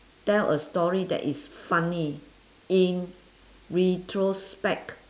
tell a story that is funny in retrospect